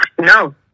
No